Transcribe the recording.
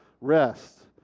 rest